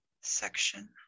Section